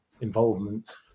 involvement